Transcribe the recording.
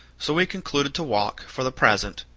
so we concluded to walk, for the present,